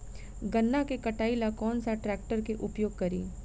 गन्ना के कटाई ला कौन सा ट्रैकटर के उपयोग करी?